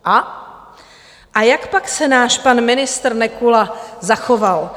A jakpak se náš pan ministr Nekula zachoval?